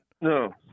No